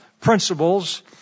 principles